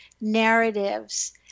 narratives